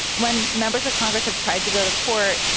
when members of congress have tried to go to court,